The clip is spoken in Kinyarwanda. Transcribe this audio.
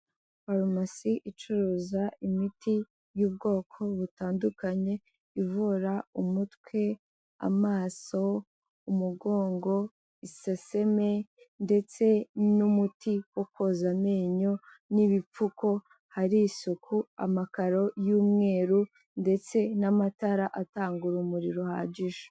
Farumasi icuruza imiti y'ubwoko butandukanye, ivura umutwe, amaso, umugongo, iseseme ndetse n'umuti wo koza amenyo n'ibipfuko, hari isuku, amakaro y'umweru ndetse n'amatara atanga urumuri ruhagije.